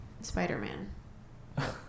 spider-man